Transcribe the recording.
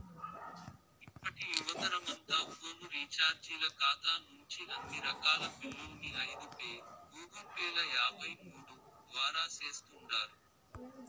ఇప్పటి యువతరమంతా ఫోను రీచార్జీల కాతా నుంచి అన్ని రకాల బిల్లుల్ని ఫోన్ పే, గూగుల్పేల ద్వారా సేస్తుండారు